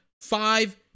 five